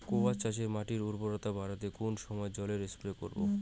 কোয়াস চাষে মাটির উর্বরতা বাড়াতে কোন সময় জল স্প্রে করব?